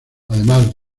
además